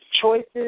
Choices